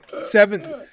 seven